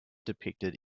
depicted